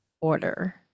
order